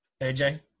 AJ